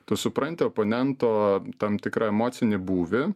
tu supranti oponento tam tikrą emocinį būvį